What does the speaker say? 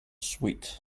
sweet